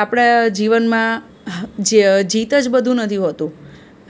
આપણાં જીવનમાં જીત જ બધું નથી હોતું